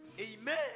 Amen